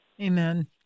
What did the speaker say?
Amen